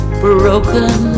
broken